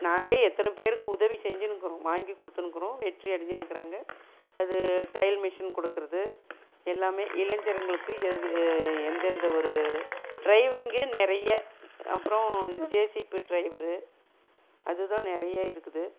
நாங்களே எத்தனை பேருக்கு உதவி செஞ்சிணுக்கிறோம் வாங்கி கொடுத்துணுருக்கறோம் வெற்றியடைஞ்சிணுருக்காங்க அது தையல் மெஷின் கொடுக்கறது எல்லாமே இளைஞர்களுக்கு எது எந்தெந்த ஒரு டிரைவிங்கு நிறைய அப்பறம் ஜேசிபி டிரைவர் அது தான் நிறைய இருக்குது